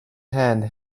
hands